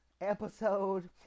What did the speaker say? episode